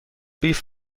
بیف